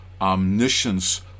omniscience